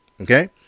okay